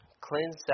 Cleanse